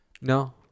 No